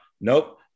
nope